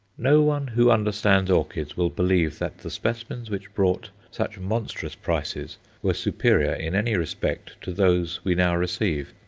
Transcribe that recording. no one who understands orchids will believe that the specimens which brought such monstrous prices were superior in any respect to those we now receive,